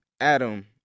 Adam